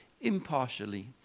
impartially